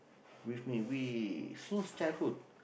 with me we since childhood